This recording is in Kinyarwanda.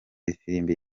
ifirimbi